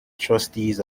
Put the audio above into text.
trustees